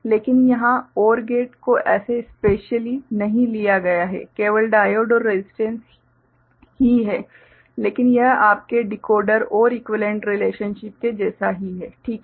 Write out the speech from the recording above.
लेकिन यहां OR gate को ऐसे स्पेश्यली नहीं लिया गया हैं केवल डायोड और रसिस्टेंस ही है लेकिन यह आपके डिकोडर OR इक्वीवेलेंट रिलेशनशिप के जैसा ही है ठीक है